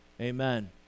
amen